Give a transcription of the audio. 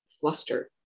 flustered